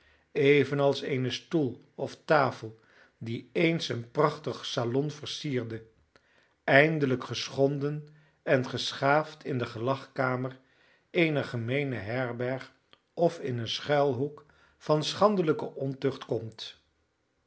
worden evenals eene stoel of tafel die eens een prachtig salon versierde eindelijk geschonden en geschaafd in de gelagkamer eener gemeene herberg of in een schuilhoek van schandelijke ontucht komt